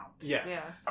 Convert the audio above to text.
Yes